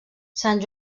sant